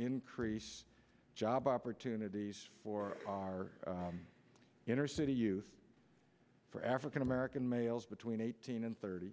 increase job opportunities for inner city youth for african american males between eighteen and thirty